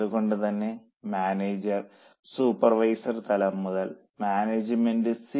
അതുകൊണ്ടുതന്നെ manager supervisor തലം മുതൽ മാനേജ്മെന്റ് സി